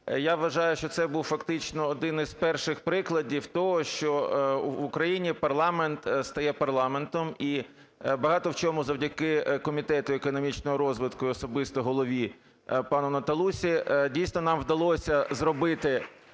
Я вважаю, що це був фактично один із перших прикладів того, що в Україні парламент стає парламентом і багато в чому завдяки Комітету економічного розвитку і особисто голові пану Наталусі. Дійсно, нам вдалося зробити,